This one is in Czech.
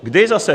Kdy zase?